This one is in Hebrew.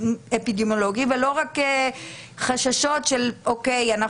מבוסס אפידמיולוגית ולא רק חששות בגינן אנחנו